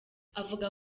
avuga